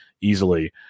easily